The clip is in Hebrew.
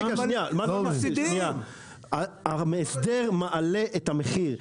אז בואו נסכים שההסדר מעלה את המחיר.